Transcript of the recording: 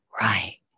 right